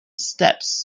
steps